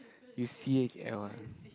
you C_H_L ah